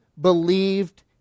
believed